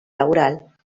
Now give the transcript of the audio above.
laboral